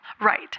Right